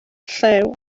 llew